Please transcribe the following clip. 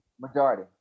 majority